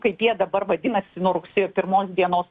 kaip jie dabar vadinasi nuo rugsėjo pirmos dienos